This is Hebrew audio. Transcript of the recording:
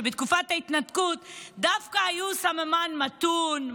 שבתקופת ההתנתקות דווקא היו סממן מתון,